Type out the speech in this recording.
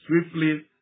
swiftly